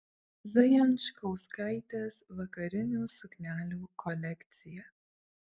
zajančkauskaitės vakarinių suknelių kolekcija